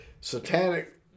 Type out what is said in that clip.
satanic